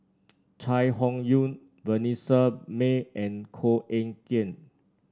Chai Hon Yoong Vanessa Mae and Koh Eng Kian